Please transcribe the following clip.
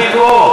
אני פה.